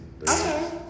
Okay